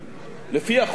חוק עידוד השקעות הון,